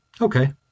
Okay